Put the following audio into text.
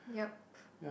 yup